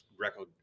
record